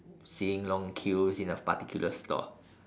seeing long queues in a particular store